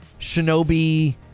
Shinobi